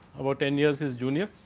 about ten years is junior.